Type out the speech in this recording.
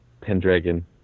Pendragon